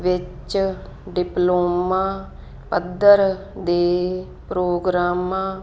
ਵਿੱਚ ਡਿਪਲੋਮਾ ਪੱਧਰ ਦੇ ਪ੍ਰੋਗਰਾਮਾਂ